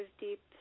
deep